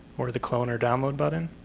or the clone or download button?